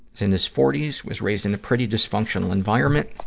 in his forty s, was raised in a pretty dysfunctional environment,